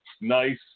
nice